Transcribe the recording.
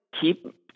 keep